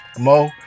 Mo